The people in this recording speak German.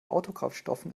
autokraftstoffen